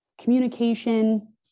communication